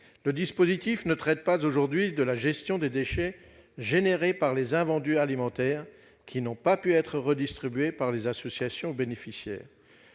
le dispositif ne traite pas aujourd'hui de la gestion des déchets suscités par les invendus alimentaires qui n'ont pas pu être redistribués par les associations aux bénéficiaires.